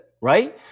right